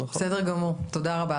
תודה רבה.